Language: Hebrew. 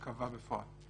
וקבע בפועל.